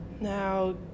Now